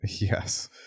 Yes